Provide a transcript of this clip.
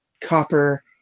Copper